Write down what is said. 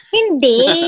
Hindi